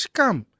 come